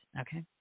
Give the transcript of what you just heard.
Okay